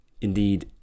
indeed